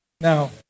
Now